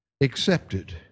accepted